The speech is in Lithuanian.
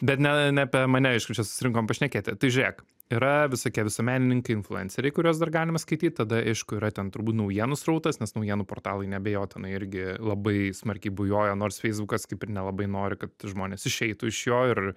bet ne ne apie mane aišku čia susirinkom pašnekėti tai žiūrėk yra visokie visuomenininkai influenceriai kuriuos dar galima skaityt tada aišku yra ten turbūt naujienų srautas nes naujienų portalai neabejotinai irgi labai smarkiai bujoja nors feisbukas kaip ir nelabai nori kad žmonės išeitų iš jo ir